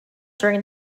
during